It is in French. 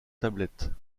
tablettes